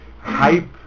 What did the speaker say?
Hype